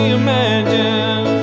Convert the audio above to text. imagine